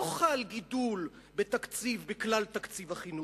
לא חל גידול בכלל תקציב החינוך,